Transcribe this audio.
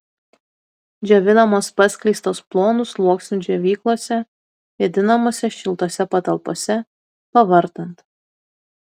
džiovinamos paskleistos plonu sluoksniu džiovyklose vėdinamose šiltose patalpose pavartant